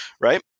right